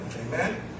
Amen